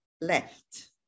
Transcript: left